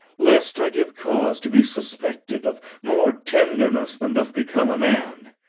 lest i give cause to be suspected of more tenderness than doth become a man.